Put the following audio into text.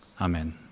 Amen